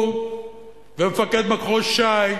הוא ומפקד מחוז ש"י